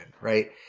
Right